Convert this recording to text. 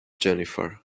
jennifer